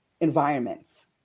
environments